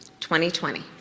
2020